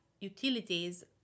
utilities